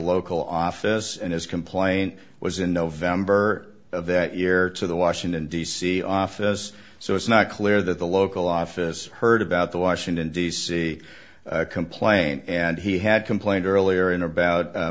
local office and his complaint was in november of that year to the washington d c office so it's not clear that the local office heard about the washington d c complaint and he had complained earlier in about